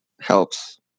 helps